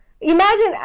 Imagine